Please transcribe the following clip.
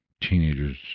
teenagers